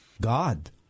God